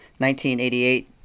1988